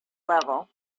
level